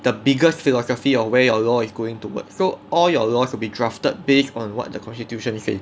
the biggest philosophy of where your law is going towards so all your laws will be drafted based on what the constitution says